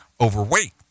overweight